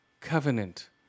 Covenant